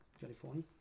California